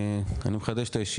בשעה 08:50.) אני מחדש את הישיבה,